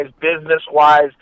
business-wise